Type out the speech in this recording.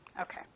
Okay